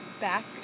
Back